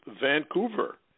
Vancouver